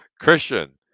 Christian